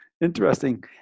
Interesting